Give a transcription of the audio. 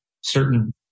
certain